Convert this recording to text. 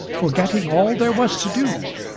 forgetting all there was to do,